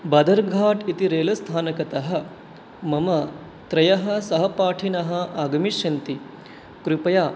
बदर्घाट् इति रैलकस्थानतः मम त्रयः सहपाठिनः आगमिष्यन्ति कृपया